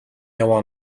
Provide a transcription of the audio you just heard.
яваа